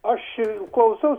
aš klausausi